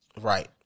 Right